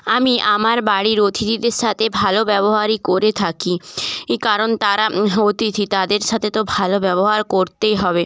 আমি আমার বাড়ির অতিথিদের সাথে ভালো ব্যবহারই করে থাকি ই কারণ তারা অতিথি তাদের সাথে তো ভালো ব্যবহার করতেই হবে